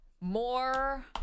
More